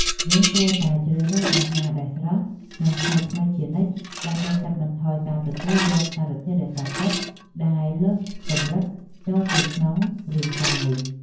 យើងគួរតែជ្រើសរើសអាហារដែលស្រស់ និងថ្មីៗជានិច្ចដើម្បីកាត់បន្ថយការទទួលយកសារធាតុរក្សាទុកដែលលើសកម្រិតចូលទៅក្នុងរាងកាយ។